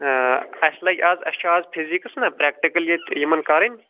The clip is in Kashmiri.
اَسہِ لَگہِ آز اَسہِ چھُ آز فِزِیٖکٕس نا پرٛٮ۪کٹِکٕل ییٚتہِ یِمن کَرٕنۍ